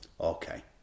Okay